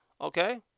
okay